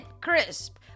Crisp